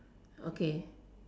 okay